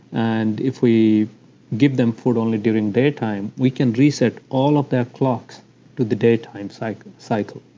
and if we give them food only during daytime, we can reset all of their clocks to the daytime so like cycle.